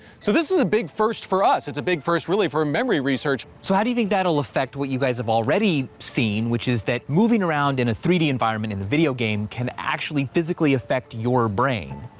so this is a big first for us. it's a big first really for memory research. so how do you think that'll affect what you guys have already seen, which is that moving around in a three d environment in the video game can actually physically affect your brain,